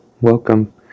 welcome